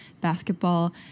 basketball